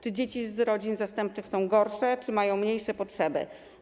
Czy dzieci z rodzin zastępczych są gorsze, czy mają mniejsze potrzeby?